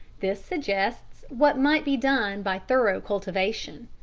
this suggests what might be done by thorough cultivation.